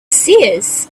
seers